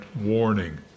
warning